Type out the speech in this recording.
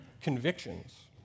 convictions